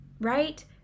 right